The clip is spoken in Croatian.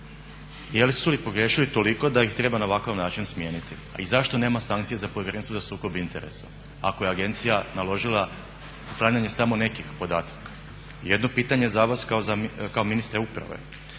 jesu li pogriješili toliko da ih treba na ovakav način smijeniti. Ali zašto nema sankcije za Povjerenstvo za sukob interesa ako je agencija naložila uklanjanje samo nekih podataka. Jedno pitanje za vas kao ministra uprave.